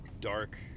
dark